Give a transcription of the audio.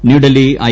New Delhi I